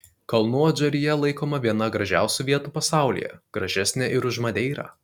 kalnų adžarija laikoma viena gražiausių vietų pasaulyje gražesnė ir už madeirą